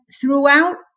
throughout